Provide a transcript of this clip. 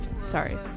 sorry